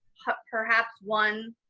perhaps one,